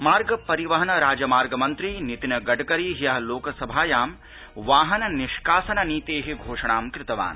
मार्ग परिवहन राजमार्ग मन्त्री नितिन गडकरी ह्यः लोकसभायां वाहन निष्कासन नीत श्रोषणां कृतवान्